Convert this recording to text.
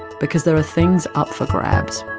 because there are things up for grabs.